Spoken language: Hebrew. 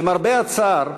למרבה הצער,